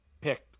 picked